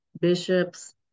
bishops